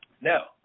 Now